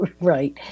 right